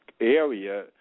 Area